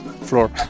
floor